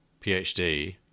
PhD